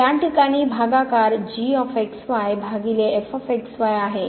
त्या ठिकाणी भागाकार भागिले आहे